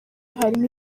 harimo